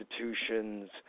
institutions